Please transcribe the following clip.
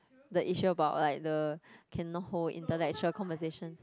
the issue about like the cannot hold intellectual conversation